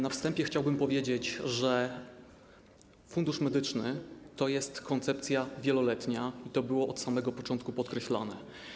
Na wstępie chciałbym powiedzieć, że Fundusz Medyczny to jest koncepcja wieloletnia i to było od samego początku podkreślane.